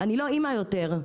אני לא אימא יותר.